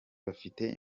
bafite